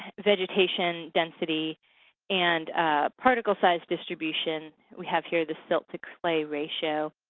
vegetation density and particle size distribution. we have here the silt to clay ratio.